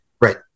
right